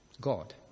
God